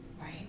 Right